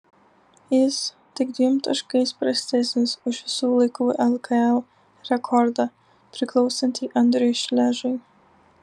jis tik dviem taškais prastesnis už visų laikų lkl rekordą priklausantį andriui šležui